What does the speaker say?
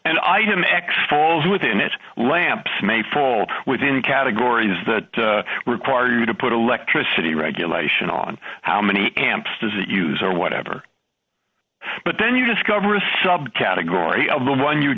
and item x falls within it lamps may fall within categories that require you to put electricity regulation on how many amps does it use or whatever but then you discover a subcategory of the one you